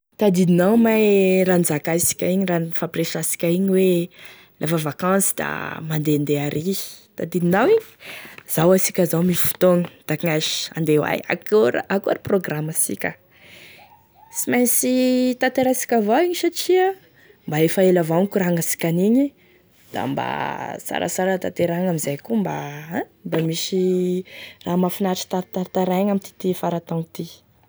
Tadidinao mein e raha nizakasika igny, e raha nifampiresahasika igny hoe lafa vacances da mandehandeha ary, tadidinao igny, zao asika zao misy fotoagny, da akognaia sh, andeha hoaia akory akory e programme asika? Sy mainsy tanterahisika avao igny satria mba efa ela avao nikorangnansika an'igny, da mba tsaratsara tanterahigny amin'izay koa mba misy raha mahafinaritry tartartaraigny amin'ity fara-taogny ty.